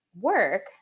work